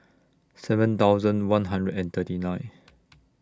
seven thousand one hundred and thirty nine